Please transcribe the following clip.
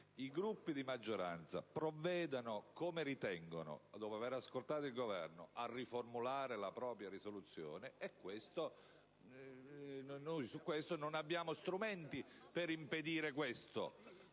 I Gruppi di maggioranza provvedano come ritengono, dopo aver ascoltato il Governo, a riformulare la propria risoluzione; noi non abbiamo strumenti per impedirlo.